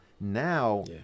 Now